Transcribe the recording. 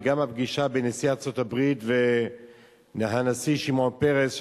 וגם הפגישה בין נשיא ארצות-הברית והנשיא שמעון פרס,